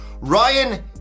Ryan